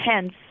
hence